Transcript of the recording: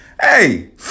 hey